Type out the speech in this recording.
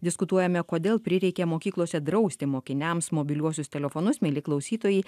diskutuojame kodėl prireikė mokyklose drausti mokiniams mobiliuosius telefonus mieli klausytojai